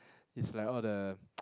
it's like all the